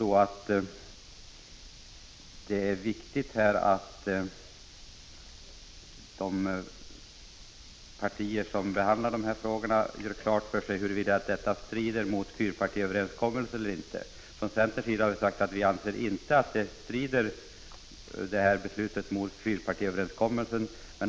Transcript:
Det är viktigt att de partier som behandlar dessa frågor gör klart för sig huruvida det aktuella beslutet strider mot fyrpartiöverenskommelsen. Från centerns sida anser vi att det inte gör det.